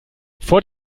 vor